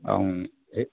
ऐं इहे